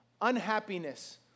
unhappiness